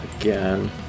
Again